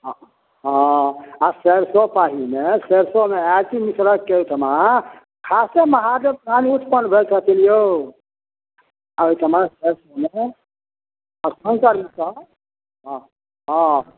हँ हँ आओर सरिसो पाहीमे सरिसोमे अयाची मिश्रके ओहिठाम खासे महादेव पानी उत्पन्न भेल छथिन यौ ओहिठाम सरिसोमे शङ्कर मिसर हँ हँ